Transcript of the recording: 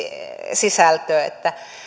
sisältöä